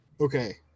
Okay